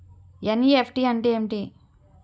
NEFT అంటే ఏమిటి?